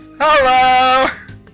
Hello